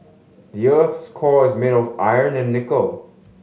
the earth's core is made of iron and nickel